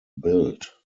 built